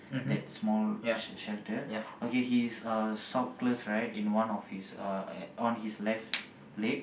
that small sh~ shelter okay he is uh sockless right in one uh one of his on his left leg